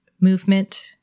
movement